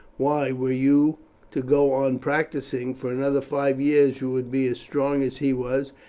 why, were you to go on practising for another five years, you would be as strong as he was,